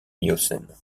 miocène